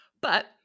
But-